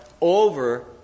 over